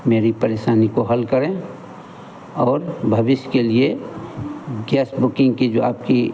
मेरी परेशानी को हल करें और भविष्य के लिए गैस बुकिंग की जो आपकी